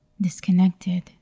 disconnected